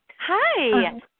Hi